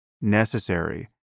necessary